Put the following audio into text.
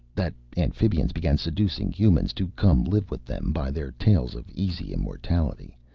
that amphibians began seducing humans to come live with them by their tales of easy immortality,